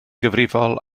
gyfrifol